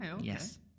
yes